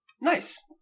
Nice